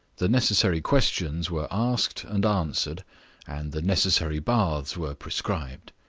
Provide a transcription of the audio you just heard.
the necessary questions were asked and answered and the necessary baths were prescribed.